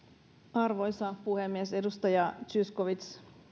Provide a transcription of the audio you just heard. arvoisa puhemies edustaja zyskowicz